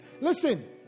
Listen